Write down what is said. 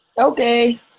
Okay